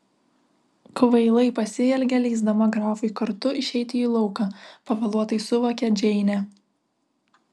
kvailai pasielgė leisdama grafui kartu išeiti į lauką pavėluotai suvokė džeinė